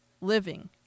living